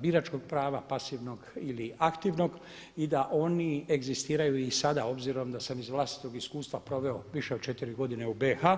biračkog prava, pasivnog ili aktivnog i da oni egzistiraju i sada obzirom da sam iz vlastitog iskustva proveo više od 4 godine u BiH-a.